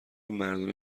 مردونه